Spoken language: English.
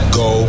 go